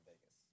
Vegas